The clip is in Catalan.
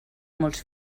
molts